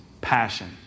passion